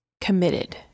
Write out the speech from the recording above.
committed